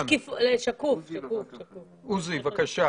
לא,